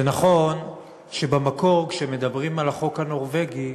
זה נכון שבמקור, כשמדברים על החוק הנורבגי,